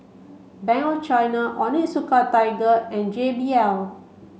Bank of China Onitsuka Tiger and J B L